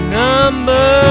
number